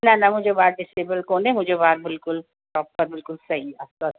न न मुंहिंजो ॿार डिसेबल कोन्हे मुंहिंजो ॿार बिल्कुलु प्रोपर बिल्कुलु सही आहे सभु